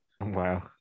wow